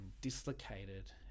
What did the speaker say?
dislocated